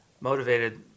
motivated